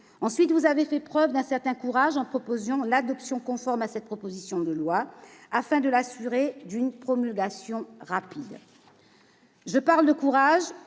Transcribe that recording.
Ensuite, vous avez fait preuve d'un certain courage en préconisant l'adoption conforme de cette proposition de loi, afin d'en assurer la promulgation rapide.